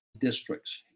districts